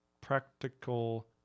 practical